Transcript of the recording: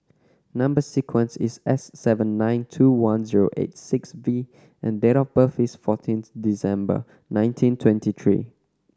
number sequence is S seven nine two one zero eight six V and date of birth is fourteenth December nineteen twenty three